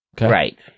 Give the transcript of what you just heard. right